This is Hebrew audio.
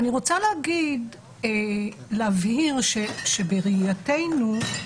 אני רוצה להבהיר שבראייתנו,